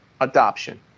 adoption